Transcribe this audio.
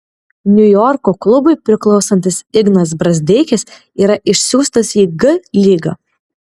niujorko klubui priklausantis ignas brazdeikis yra išsiųstas į g lygą